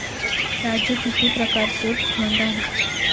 राजू किती प्रकारचे फंड आहेत?